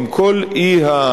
עם כל האי-נעימות,